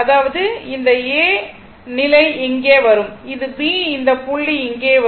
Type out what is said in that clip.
அதாவது இந்த நிலை A இங்கே வரும் இது B இந்த புள்ளி இங்கே வரும்